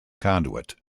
conduit